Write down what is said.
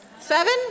Seven